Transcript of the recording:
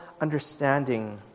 understanding